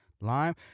lime